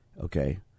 okay